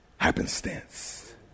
happenstance